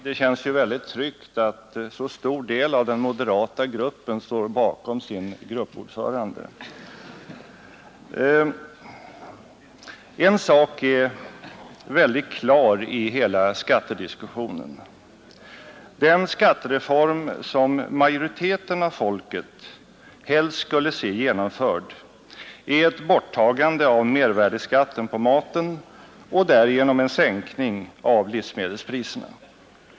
Herr talman! Det känns ju väldigt tryggt att så stor del av den moderata gruppen står bakom sin gruppordförande. En sak är klar i hela skattediskussionen: Den skattereform som majoriteten av folket helst skulle se genomförd är ett borttagande av mervärdeskatten på maten och därigenom en sänkning av livsmedelspriserna.